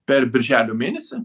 per birželio mėnesį